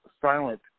silent